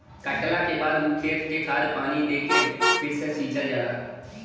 कटला के बाद ऊ खेत के खाद पानी दे के फ़िर से सिंचल जाला